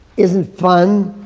isn't fun.